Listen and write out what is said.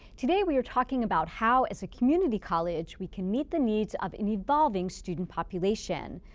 today we are talking about how as a community college we can meet the needs of an evolving student population.